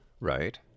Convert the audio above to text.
right